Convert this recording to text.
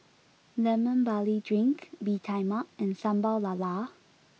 Lemon Barley drink Bee Tai Mak and Sambal Lala